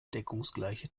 deckungsgleiche